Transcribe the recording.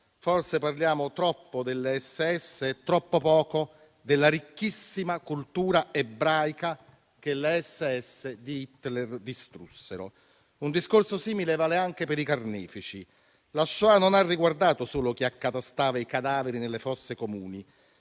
Forse parliamo troppo delle SS e troppo poco della ricchissima cultura ebraica che le SS di Hitler distrussero. Un discorso simile vale anche per i carnefici. La Shoah non ha riguardato solo chi accatastava i cadaveri nelle fosse comuni,